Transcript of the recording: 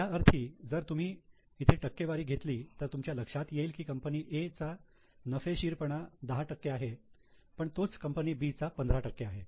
त्याअर्थी जर तुम्ही इथे टक्केवारी घेतली तर तुमच्या लक्षात येईल की कंपनी A चा नफेशीरपणा 10 आहे पण तोच कंपनी B चा 15 आहे